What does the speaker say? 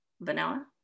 Vanilla